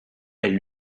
elle